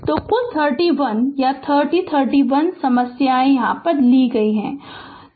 तो कुल 31 या 30 31 समस्याएं बन गई हैं